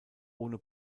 ohne